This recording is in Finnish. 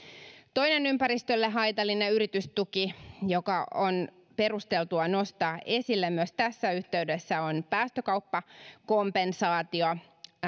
toinen ympäristölle haitallinen yritystuki joka on perusteltua nostaa esille myös tässä yhteydessä on päästökauppakompensaatio